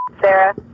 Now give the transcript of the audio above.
Sarah